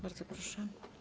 Bardzo proszę.